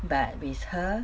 but with her